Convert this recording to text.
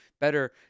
better